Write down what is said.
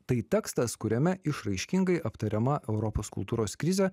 tai tekstas kuriame išraiškingai aptariama europos kultūros krizė